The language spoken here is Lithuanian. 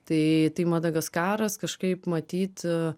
tai tai madagaskaras kažkaip matyt